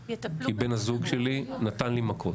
כי בן הזוג שלי נתן לי מכות.